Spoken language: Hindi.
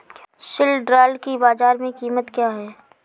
सिल्ड्राल की बाजार में कीमत क्या है?